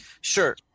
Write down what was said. Sure